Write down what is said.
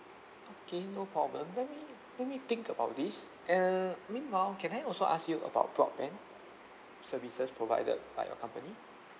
okay no problem let me let me think about this and meanwhile can I also ask you about broadband services provided by your company